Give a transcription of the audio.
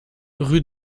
rue